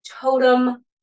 totem